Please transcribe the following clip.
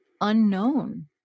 unknown